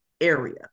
area